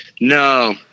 No